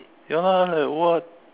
ya lah like what